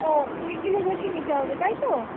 ও কুড়ি কিলোর বেশি নিতে হবে তাই তো